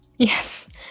Yes